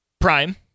prime